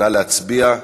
נא להצביע.